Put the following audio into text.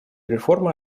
реформы